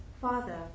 Father